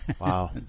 Wow